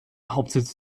hauptsitz